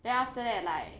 then after that like